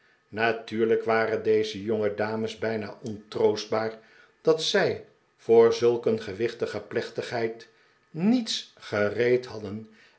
natuurlijk waren deze jongedames bijna ontroostbaar dat zij voor zulk een gewichtige plechtigheid niets gereed hadden